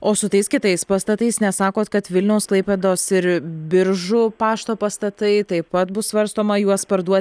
o su tais kitais pastatais nes sakot kad vilniaus klaipėdos ir biržų pašto pastatai taip pat bus svarstoma juos parduo